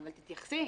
אבל תתייחסי.